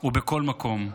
הוא בכל מקום,